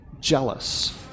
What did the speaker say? jealous